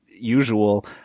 usual